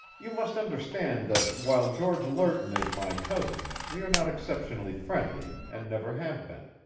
you must understand that, while george lerton is my cousin, we are not exceptionally friendly, and never have been.